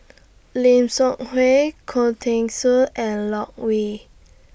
Lim Seok Hui Khoo Teng Soon and Loke Yew